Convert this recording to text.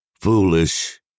foolish